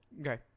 Okay